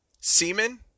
semen